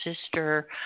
sister